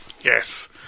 Yes